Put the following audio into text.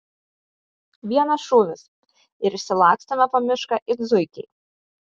vienas šūvis ir išsilakstome po mišką it zuikiai